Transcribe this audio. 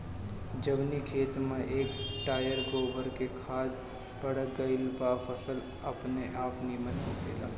जवनी खेत में एक टायर गोबर के खाद पड़ गईल बा फसल अपनेआप निमन होखेला